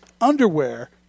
underwear